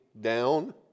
down